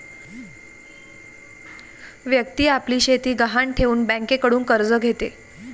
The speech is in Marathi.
व्यक्ती आपली शेती गहाण ठेवून बँकेकडून कर्ज घेते